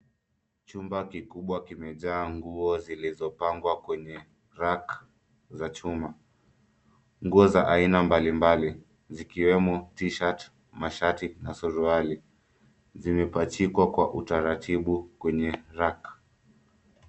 Chumba kikubwa kimejaa nguo zilizopangwa kwenye[cs ] rack [cs ] za chuma. Nguo za aina mbali mbali zikiwemo[cs ] t- shirt[cs ], mashati na suruali zimepachikwa kwa utaratibu kwenye [cs ] rack[cs ].